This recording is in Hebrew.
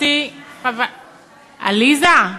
עליזה,